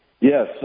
Yes